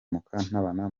mukantabana